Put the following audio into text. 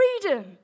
freedom